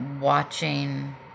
watching